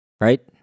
right